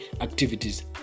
activities